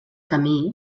camí